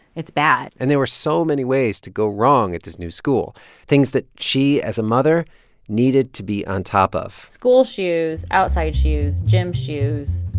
it's bad and there were so many ways to go wrong at this new school things that she as a mother needed to be on top of school shoes, outside shoes, gym shoes,